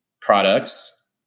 products